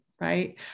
right